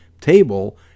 table